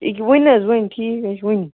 ییٚکیٛاہ وٕنۍ حظ وٕنۍ ٹھیٖک حظ چھُ وٕنۍ